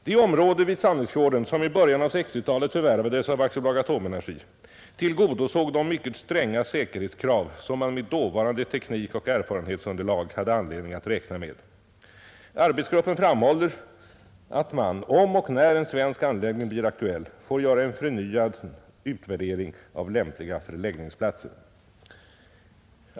Det område vid Sannäsfjorden som i början av 1960-talet förvärvades av AB Atomenergi tillgodosåg de mycket stränga säkerhetskrav, som man med dåvarande teknik och erfarenhetsunderlag hade anledning att räkna med. Arbetsgruppen framhåller att man — om och när en svensk anläggning blir aktuell — får göra en ny utvärdering av lämpliga förläggningsplatser.